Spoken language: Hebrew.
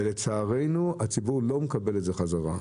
ולצערנו הציבור לא מקבל את זה חזרה.